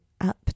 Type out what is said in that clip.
up